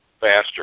faster